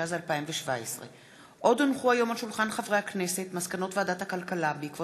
התשע"ז 2017. מסקנות ועדת הכלכלה בעקבות